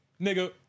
nigga